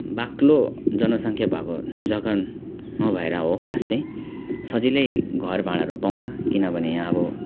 बाक्लो जनसङ्ख्या भएको जगा नभएर हो खास चाहिँ सजिलै घर भाडाहरू पाउँछ किनभने यहाँ अब